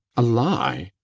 a lie?